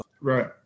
right